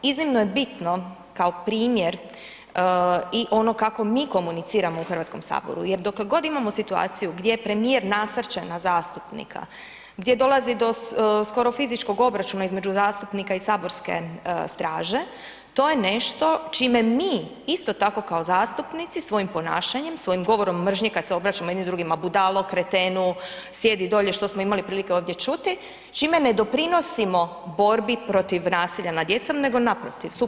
Iznimno je bitno kao primjer i ono kako mi komuniciramo u HS jer dokle god imamo situaciju gdje premijer nasrće na zastupnika, gdje dolazi do skoro fizičkog obračuna između zastupnika i saborske straže, to je nešto čime mi, isto tako kao zastupnici, svojim ponašanjem, svojim govorom mržnje kad se obraćamo jedni drugima budalo, kretenu, sjedi dolje, što smo imali prilike ovdje čuti, čime ne doprinosimo borbi protiv nasilja nad djecom, nego naprotiv, suprotno.